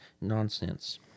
nonsense